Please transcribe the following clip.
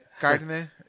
carne